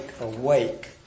awake